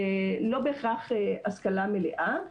לא בהכרח השכלה מלאה.